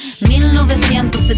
1970